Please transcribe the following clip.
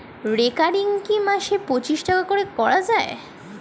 Recurring কি মাসে পাঁচশ টাকা করে করা যায়?